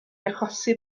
achosi